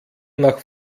nach